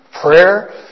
Prayer